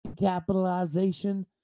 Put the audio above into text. Capitalization